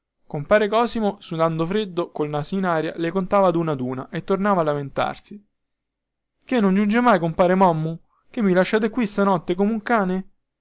compare cosimo sudando freddo col naso in aria le contava ad una ad una e tornava a lamentarsi che non giunge mai compare mommu che mi lasciate qui stanotte come un cane